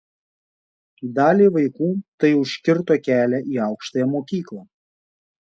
daliai vaikų tai užkirto kelią į aukštąją mokyklą